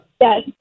Yes